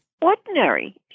ordinary